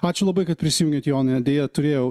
ačiū labai kad prisijungėt jone deja turėjau